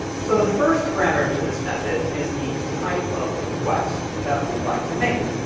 so the first parameter to this method is the type of request that we'd like to make.